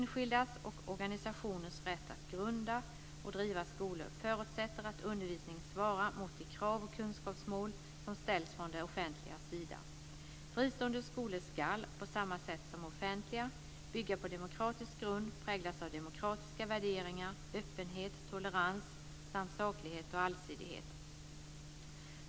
Enskildas och organisationers rätt att grunda och driva skolor förutsätter att undervisningen svarar mot de krav och kunskapsmål som ställs från det offentligas sida. Fristående skolor ska, på samma sätt som offentliga, bygga på demokratisk grund, präglas av demokratiska värderingar, öppenhet, tolerans samt saklighet och allsidighet.